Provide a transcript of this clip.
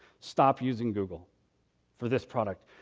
stop using google for this product.